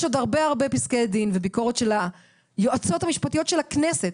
יש עוד הרבה פסקי דין וביקורת של היועצות המשפטיות של הכנסת,